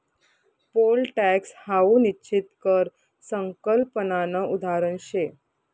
pole tax हाऊ निश्चित कर संकल्पनानं उदाहरण शे